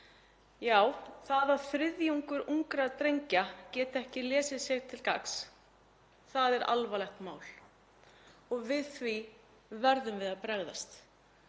Já, það að þriðjungur ungra drengja geti ekki lesið sér til gagns, það er alvarlegt mál og við því verðum við að bregðast.